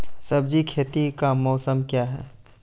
सब्जी खेती का मौसम क्या हैं?